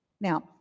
now